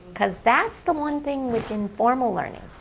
because that's the one thing with informal learning.